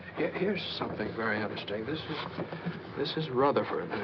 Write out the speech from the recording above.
here's something very interesting. this is this is rutherford.